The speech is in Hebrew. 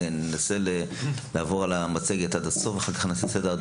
ננסה לעבור על המצגת עד הסוף ואחר כך נעשה סדר עדיפויות.